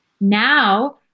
Now